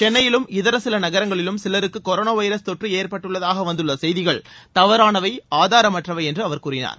சென்னையிலும் இதர சில நகரங்களிலும் சிலருக்கு கொரோனா வைரஸ் தொற்று ஏற்பட்டுள்ளதாக வந்துள்ள செய்திகள் தவறானவை ஆதாரமற்றவை என்று அவர் கூறினார்